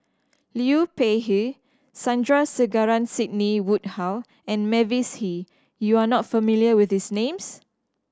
Liu Peihe Sandrasegaran Sidney Woodhull and Mavis Hee you are not familiar with these names